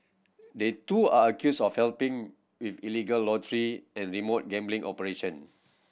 they too are accused of helping with illegal lottery and remote gambling operation